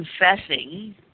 confessing